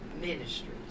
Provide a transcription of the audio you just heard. ministries